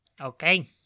Okay